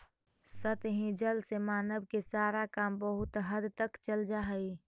सतही जल से मानव के सारा काम बहुत हद तक चल जा हई